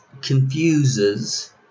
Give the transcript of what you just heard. confuses